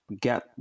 get